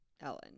Ellen